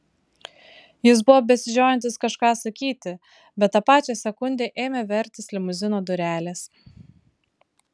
jis buvo besižiojantis kažką sakyti bet tą pačią sekundę ėmė vertis limuzino durelės